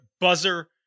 buzzer